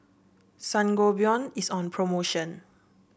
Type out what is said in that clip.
sangobion is on promotion